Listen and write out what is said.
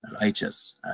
righteous